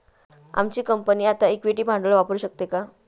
आमची कंपनी आता इक्विटी भांडवल वापरू शकते का?